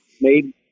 made